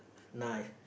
nice